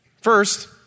First